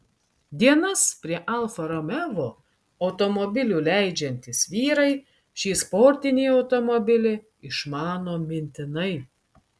dienas prie alfa romeo automobilių leidžiantys vyrai šį sportinį automobilį išmano mintinai